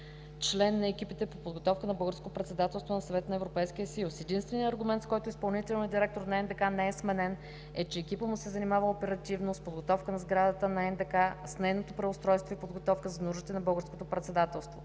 член на екипите по подготовка на българското председателство на Съвета на Европейския съюз. Единственият аргумент, с който изпълнителният директор на НДК не е сменен, е, че екипът му се занимава оперативно с подготовката на сградата на НДК, с нейното преустройство и подготовката за нуждите на българското председателство.